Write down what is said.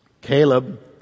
Caleb